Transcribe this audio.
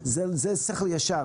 זה שכל ישר.